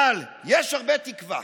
אבל יש הרבה תקווה,